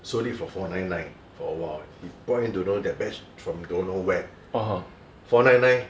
sold it for four nine nine for awhile probably brought in you know that batch from don't know where four nine nine